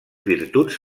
virtuts